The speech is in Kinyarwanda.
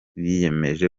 biyemeje